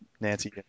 Nancy